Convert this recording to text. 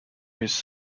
his